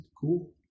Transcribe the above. cool